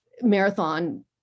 marathon